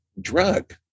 drug